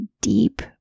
deep